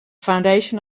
foundation